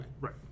Right